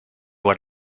what